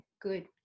good